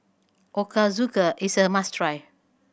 ochazuke is a must try